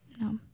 No